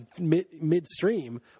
midstream